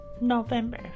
November